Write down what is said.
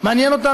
מעניין אותם,